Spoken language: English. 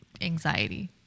anxiety